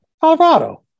Colorado